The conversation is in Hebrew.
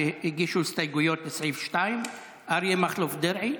שהגישו הסתייגויות לסעיף 2. אריה מכלוף דרעי,